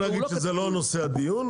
אני מוכרח להגיד שזה לא נושא הדיון,